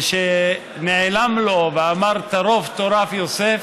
שנעלם, ושנאמר לו: "טרֹף טֹרף יוסף".